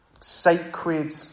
sacred